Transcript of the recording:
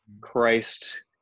Christ